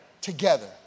together